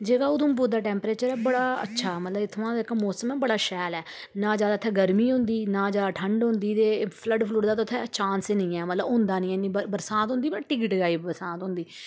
जेह्ड़ा उधमपुर दा टेम्परेचर ऐ बड़ा अच्छा मतलब इ'त्थुं जेह्का मौसम ऐ बड़ा शैल ऐ ना जादा इ'त्थें गरमी होंदी ना जादा ठंड होंदी ते फ्लड फलूड दा ते उ'त्थें चांस ई निं ऐ मतलब होंदा नी ऐ बरसांत होंदी पर टिकी टकाई बरसांत होंदी